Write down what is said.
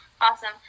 Awesome